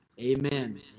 Amen